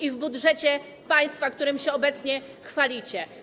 i w budżecie państwa, którym się obecnie chwalicie.